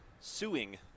suing